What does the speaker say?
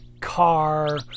car